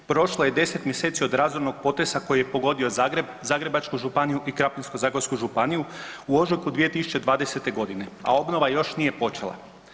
Prošlo je 10 mjeseci od razornog potresa koji je pogodio Zagreb, Zagrebačku županiju i Krapinsko-zagorsku županiju u ožujku 2020. g., a obnova još nije počela.